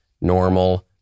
normal